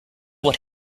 what